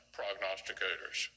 prognosticators